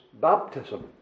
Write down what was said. baptism